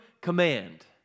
command